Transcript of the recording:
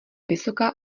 vysoká